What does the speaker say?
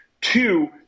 Two